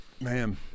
Man